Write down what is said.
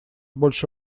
больше